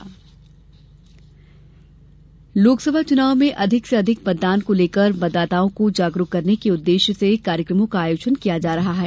मतदाता जागरूकता लोकसभा चुनाव में अधिक से अधिक मतदान को लेकर मतदाताओं को जागरूक करने के उद्देश्य से कार्यक्रमों का आयोजन किया जा रहा है